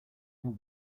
but